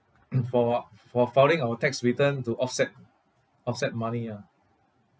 for for filing our tax return to offset offset money ah